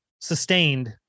sustained